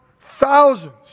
thousands